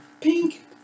Pink